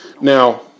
Now